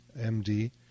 MD